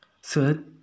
Sir